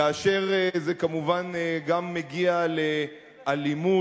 כאשר זה כמובן גם מגיע לאלימות,